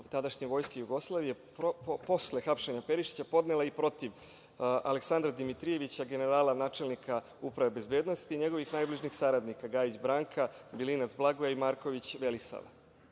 tadašnje Vojske Jugoslavije posle hapšenja Perišića podnela i protiv Aleksandra Dimitrijevića, generala načelnika Uprave bezbednosti i njegovih najbližih saradnika, Gajić Branka, Bilinac Blagoja i Marković Velisava?